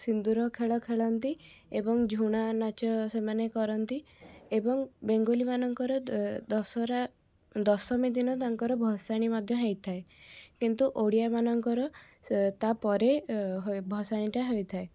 ସିନ୍ଦୂରଖେଳ ଖେଳନ୍ତି ଏବଂ ଝୁଣାନାଚ ସେମାନେ କରନ୍ତି ଏବଂ ବେଙ୍ଗଲୀ ମାନଙ୍କର ଦଶହରା ଦଶମୀଦିନ ତାଙ୍କର ଭସାଣି ମଧ୍ୟ ହେଇଥାଏ କିନ୍ତୁ ଓଡ଼ିଆ ମାନଙ୍କର ସେ ତାପରେ ଅ ଭସାଣିଟା ହୋଇଥାଏ